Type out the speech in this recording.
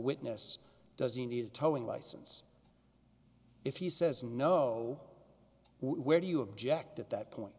towing license if he says no where do you object at that point